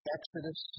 Exodus